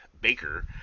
Baker